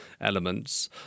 elements